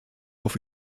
auf